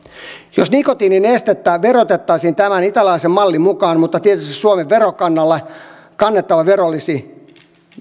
jos nikotiininestettä verotettaisiin tämän italialaisen mallin mukaan mutta tietysti suomen verokannalla kannettava vero olisi